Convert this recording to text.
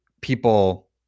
people